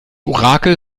orakel